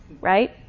Right